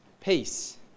Peace